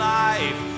life